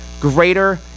Greater